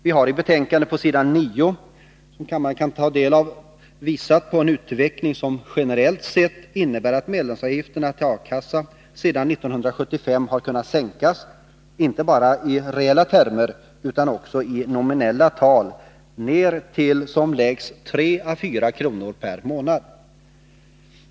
Vi har i betänkandet på s. 9, som kammaren kan ta del av, visat på en utveckling som generellt sett innebär att medlemsavgifterna till A-kassan sedan 1975 har kunnat sänkas, inte bara i reella termer utan också i nominella tal, ner till som lägst 3 å 4 kr. per månad.